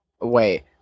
Wait